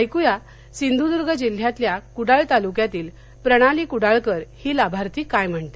ऐकुया सिंधुंदुर्ग जिल्ह्यातल्या कुंडाळ तालुक्यातील प्रणाली कुडाळकर ही लाभार्थी काय म्हणते